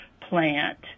plant